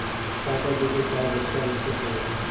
Tata tea के चाय बच्चा बच्चा पियेला